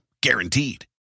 Guaranteed